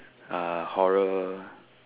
uh horror